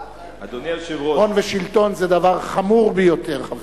הון ושלטון זה דבר חמור ביותר, חברים.